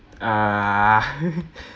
ah